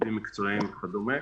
איגודים מקצועיים וכדומה.